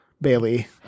Bailey